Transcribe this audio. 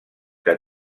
que